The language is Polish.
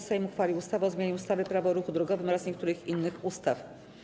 Sejm uchwalił ustawę o zmianie ustawy - Prawo o ruchu drogowym oraz niektórych innych ustaw.